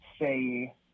say